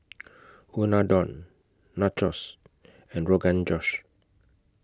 Unadon Nachos and Rogan Josh